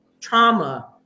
trauma